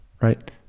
right